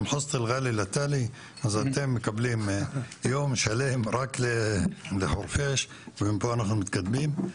אז אתם מקבלים יום שלם רק לחורפיש ומפה אנחנו מתקדמים.